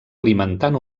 alimentant